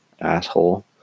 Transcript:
asshole